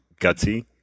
gutsy